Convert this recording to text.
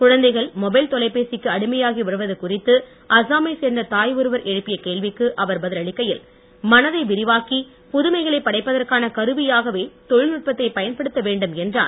குழந்தைகள் மொபைல் தொலைபேசிக்கு அடிமையாகி வருவது குறித்து அஸ்ஸா மைச் சேர்ந்த தாய் ஒருவர் எழுப்பிய கேள்விக்கு அவர் பதில் அளிக்கையில் மனதை விரிவாக்கி புதுமைகளைப் படைப்பதற்கான கல்வியாகவே தொழல்நுட்பத்தை பயன்படுத்த வேண்டும் என்றார்